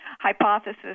hypothesis